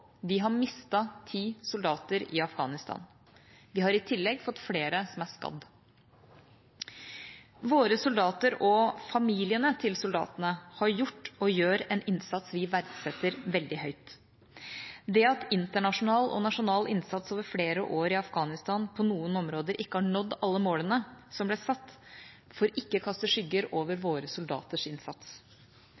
Vi har mistet ti soldater i Afghanistan. Vi har i tillegg fått flere som er skadet. Våre soldater og familiene til soldatene har gjort og gjør en innsats vi verdsetter veldig høyt. Det at internasjonal og nasjonal innsats over flere år i Afghanistan på noen områder ikke har nådd alle målene som ble satt, får ikke kaste skygger over